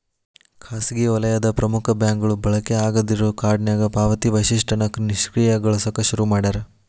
ಖಾಸಗಿ ವಲಯದ ಪ್ರಮುಖ ಬ್ಯಾಂಕ್ಗಳು ಬಳಕೆ ಆಗಾದ್ ಇರೋ ಕಾರ್ಡ್ನ್ಯಾಗ ಪಾವತಿ ವೈಶಿಷ್ಟ್ಯನ ನಿಷ್ಕ್ರಿಯಗೊಳಸಕ ಶುರು ಮಾಡ್ಯಾರ